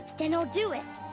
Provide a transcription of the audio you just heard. then i'll do it!